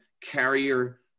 carrier